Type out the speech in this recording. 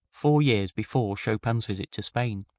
four years before chopin's visit to spain.